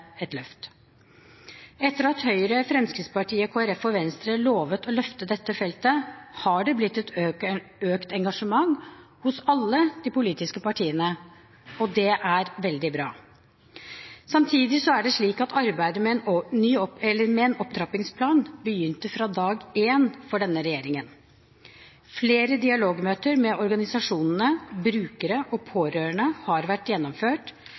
et løft. Etter at Høyre, Fremskrittspartiet, Kristelig Folkeparti og Venstre lovet å løfte dette feltet, har det blitt et økt engasjement hos alle de politiske partiene – og det er veldig bra. Samtidig er det slik at arbeidet med en opptrappingsplan begynte fra dag én for denne regjeringen. Flere dialogmøter med organisasjonene, brukere og pårørende har vært gjennomført,